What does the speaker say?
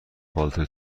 پالتو